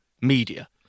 media